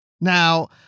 Now